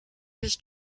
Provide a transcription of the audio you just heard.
his